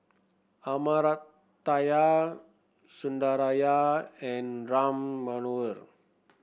Amartya Sundaraiah and Ram Manohar